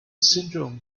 syndrome